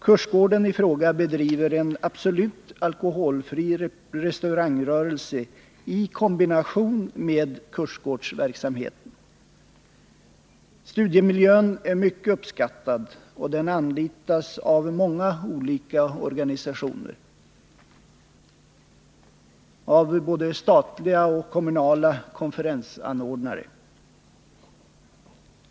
Kursgården i fråga bedriver en absolut alkoholfri restaurangrörelse i kombination med kursgårdsverksamheten. Studiemiljön är mycket uppskattad och anlitas av många olika organisationer och av statliga och kommunala konferensanordnare.